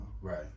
Right